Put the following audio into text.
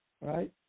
right